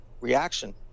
reaction